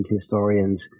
historians